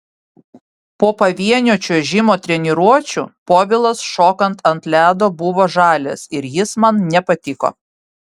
po pavienio čiuožimo treniruočių povilas šokant ant ledo buvo žalias ir jis man nepatiko